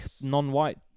non-white